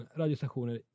radiostationer